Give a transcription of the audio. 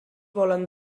volen